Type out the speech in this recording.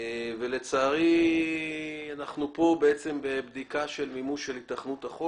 אנחנו, לצערי, בבדיקה של מימוש החוק.